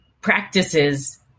practices